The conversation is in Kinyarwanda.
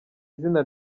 izina